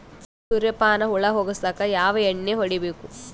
ಸುರ್ಯಪಾನ ಹುಳ ಹೊಗಸಕ ಯಾವ ಎಣ್ಣೆ ಹೊಡಿಬೇಕು?